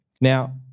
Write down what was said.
Now